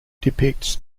depicts